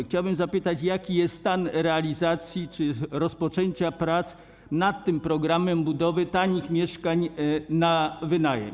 Chciałbym zapytać: Jaki jest stan realizacji czy rozpoczęcia prac nad tym programem budowy tanich mieszkań na wynajem?